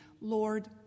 Lord